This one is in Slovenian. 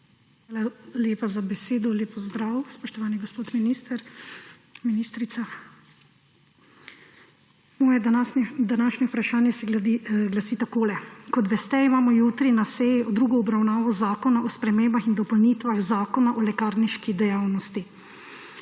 lepa za besedo. Lep pozdrav, spoštovani gospod minister, ministrica! Moje današnje vprašanje se glasi takole. Kot veste, imamo jutri na seji drugo obravnavo predloga zakona o spremembah in dopolnitvah Zakona o lekarniški dejavnosti.